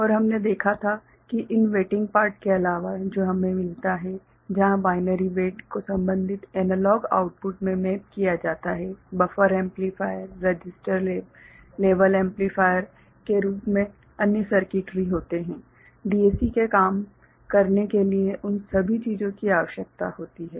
और हमने देखा था कि इन वेटिंग पार्ट के अलावा जो हमें मिलता है जहां बाइनरी वेट को संबंधित एनालॉग आउटपुट में मैप किया जाता है buffer amplifier register level amplifier के रूप में अन्य सर्किटरी होते हैं डीएसी के काम करने के लिए उन सभी चीजों की आवश्यकता होती है